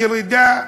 ירידה,